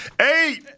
eight